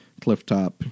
Clifftop